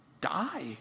die